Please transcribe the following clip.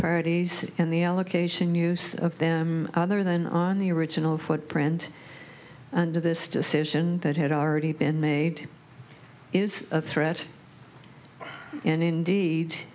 parties and the allocation use of them other than on the original footprint to this decision that had already been made is a threat and indeed